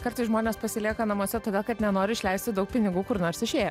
kartais žmonės pasilieka namuose todėl kad nenori išleisti daug pinigų kur nors išėję